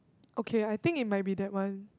okay I think it might be that one